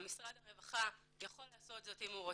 משרד הרווחה יכול לעשות את זה, אם הוא רוצה,